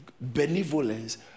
benevolence